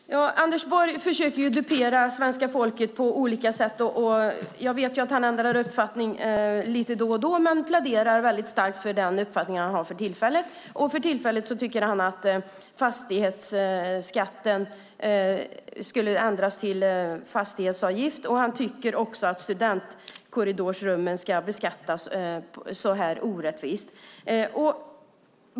Fru talman! Anders Borg försöker dupera svenska folket på olika sätt. Jag vet att han ändrar uppfattning då och då men pläderar väldigt starkt för den uppfattning han har för tillfället. För tillfället tycker han att fastighetsskatten ska vara en fastighetsavgift. Han tycker också att studentkorridorsrummen ska beskattas så här orättvist.